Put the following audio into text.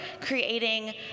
creating